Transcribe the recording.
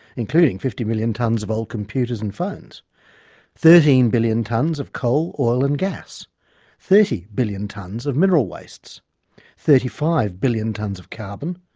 including fifty million tonnes of old computers and phones thirteen billion tonnes of coal, oil and gas thirty billion tonnes of mineral wastes thirty five billion tonnes of carbon,